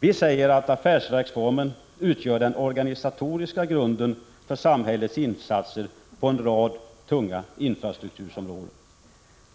Vi säger att affärsverksformen utgör den organisatoriska grunden för samhällets insatser på en rad tunga infrastrukturområden.